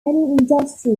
industry